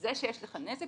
זה שיש לך נזק,